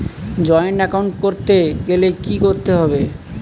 Joint account করতে গেলে কি করতে হবে?